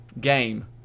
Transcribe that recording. game